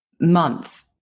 month